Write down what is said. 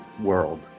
World